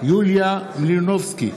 יוליה מלינובסקי,